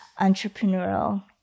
entrepreneurial